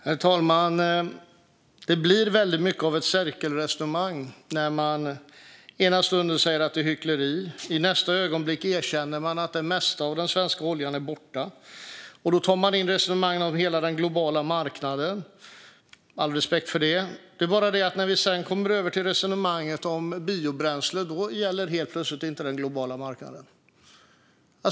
Herr talman! Det blir väldigt mycket av ett cirkelresonemang när man ena stunden säger att det är hyckleri och i nästa ögonblick erkänner att det mesta av den svenska oljan är borta. Då tar man in resonemang om hela den globala marknaden. All respekt för det, men när vi sedan kommer över till resonemanget om biobränsle gäller helt plötsligt inte den globala marknaden.